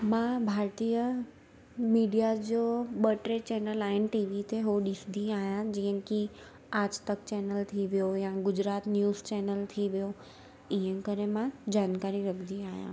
मां भारतीय मीडिआ जो ॿ टे चैनल आहिनि टी वी ते उहो ॾिसंदी आहियां जीअं की आज तक चैनल थी वियो गुजरात न्यूज़ चैनल थी वियो इन करे मां जानकारी रखंदी आहियां